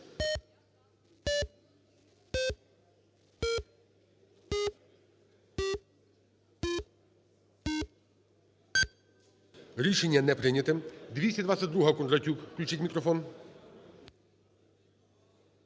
Рішення не прийняте. 222-а, Кондратюк. Включіть мікрофон.